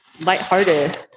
lighthearted